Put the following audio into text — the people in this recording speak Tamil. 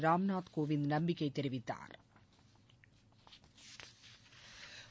ராம்நாத் கோவிந்த் நம்பிக்கை தெரிவித்தாா்